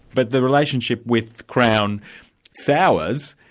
but the relationship with crown sours,